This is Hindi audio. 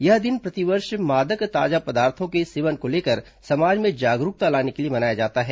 यह दिन प्रतिवर्ष मादक ताजा पदार्थो के सेवन को लेकर समाज में जागरूकता लाने के लिए मनाया जाता है